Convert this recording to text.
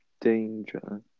danger